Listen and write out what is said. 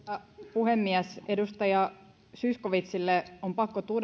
puhemies edustaja zyskowiczille on pakko